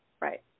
Right